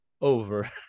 over